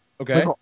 Okay